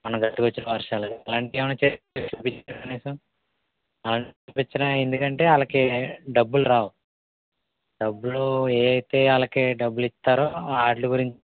మన పాఠశాలలో కనిసం అలాంటివి చూపించరు ఎందుకంటే వాళ్ళకి డబ్బులు రావు డబ్బులు ఏవి ఇస్తే వాళ్ళకి డబ్బులు ఇస్తారో వాళ్ళు గురించే